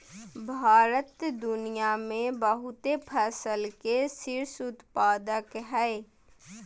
भारत दुनिया में बहुते फसल के शीर्ष उत्पादक हइ